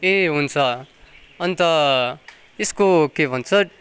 ए हुन्छ अन्त यसको के भन्छ